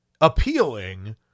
appealing